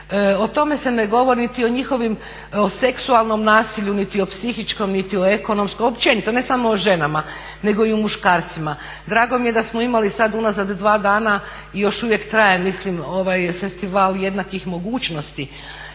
o tome se ne govori, niti o njihovim, o seksualnom nasilju, niti o psihičkom, niti o ekonomskom, općenito ne samo o ženama, nego i o muškarcima. Drago mi je da smo imali sad unazad dva dana i još uvijek traje mislim ovaj Festival jednakih mogućnosti,